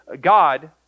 God